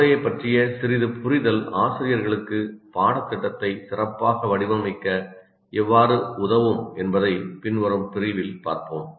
மூளையைப் பற்றிய சிறிது புரிதல் ஆசிரியர்களுக்கு பாடத்திட்டத்தை சிறப்பாக வடிவமைக்க எவ்வாறு உதவும் என்பதை பின்வரும் பிரிவில் பார்ப்போம்